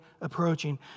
approaching